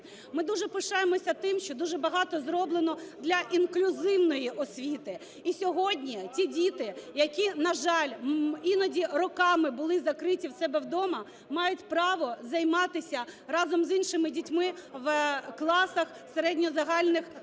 Ми дуже пишаємося тим, що дуже багато зроблено для інклюзивної освіти, і сьогодні ці діти, які, на жаль, іноді роками були закриті в себе вдома, мають право займатися разом з іншими дітьми в класах середньо-загальних